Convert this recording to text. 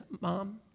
mom